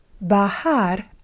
Bahar